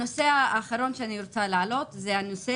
הנושא האחרון שאני רוצה להעלות זה הנושא